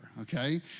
okay